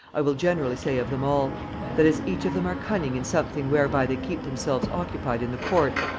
i will generally say of them all that as each of them are cunning in something whereby they keep themselves occupied in the court,